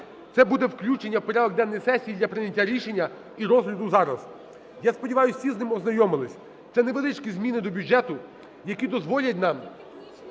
це буде включення в порядок денний сесії для прийняття рішення і розгляду зараз. Я сподіваюсь, всі з ним ознайомилися. Це невеличкі зміни до бюджету, які дозволять нам,